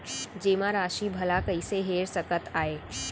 जेमा राशि भला कइसे हेर सकते आय?